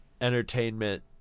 entertainment